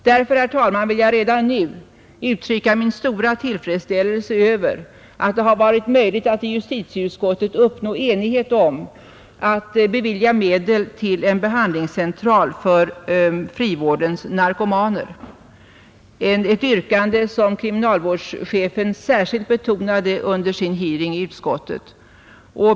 Därför, herr talman, vill jag redan nu uttrycka min stora tillfredsställelse över att det varit möjligt att i justitieutskottet uppnå enighet om att bevilja medel till en behandlingscentral för frivårdens narkomaner — ett yrkande som kriminalvårdschefen särskilt betonade under sin hearing i utskottet.